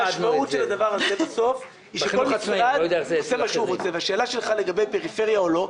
המשמעות של הדבר הזה בסוף היא שכל משרד עושה מה שהוא רוצה.